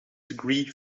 degree